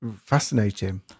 fascinating